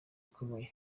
ikomeye